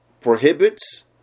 prohibits